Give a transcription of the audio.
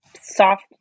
soft